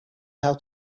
how